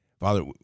Father